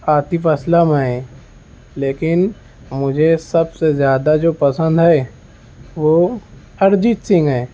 عاطف اسلم ہیں لیکن مجھے سب سے زیادہ جو پسند ہے وہ ارجیت سنگھ ہیں